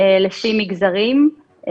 לפי מגזרים,